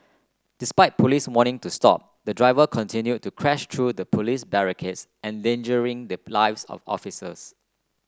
despite Police warnings to stop the driver continued to crash through Police barricades endangering the lives of the officers